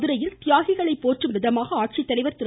மதுரையில் தியாகிகளை போற்றும் விதமாக ஆட்சித்தலைவர் திரு